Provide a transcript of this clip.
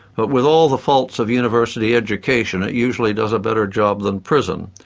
but with all the faults of university education it usually does a better job than prison.